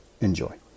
Enjoy